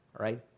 Right